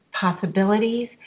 possibilities